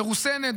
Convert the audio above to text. מרוסנת,